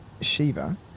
Shiva